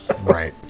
Right